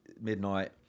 midnight